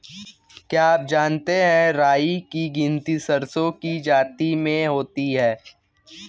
क्या आप जानते है राई की गिनती सरसों की जाति में होती है?